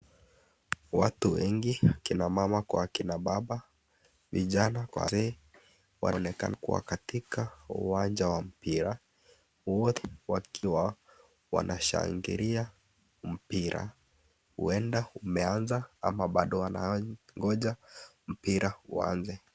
Watu wengi, kina mama kwa kina baba, vijana kwa wazee. Wanaonekana kuwa katika uwanja wa mpira. Wote wakiwa wanashangilia mpira. Huenda umeanza ama bado wanangojea mpira uanze.